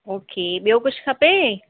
okay ॿियो कुझु खपे